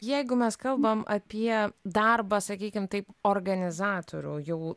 jeigu mes kalbam apie darbą sakykim taip organizatorių jau